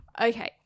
Okay